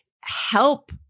help